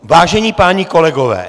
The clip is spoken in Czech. Vážení páni kolegové...